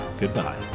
goodbye